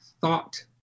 thought